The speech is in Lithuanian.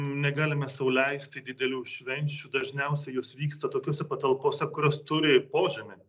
negalime sau leisti didelių švenčių dažniausiai jos vyksta tokiose patalpose kurios turi požemį